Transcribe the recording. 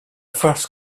first